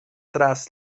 tras